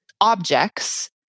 objects